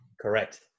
Correct